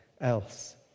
else